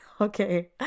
okay